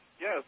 Yes